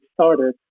started